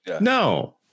no